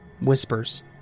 Whispers